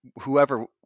whoever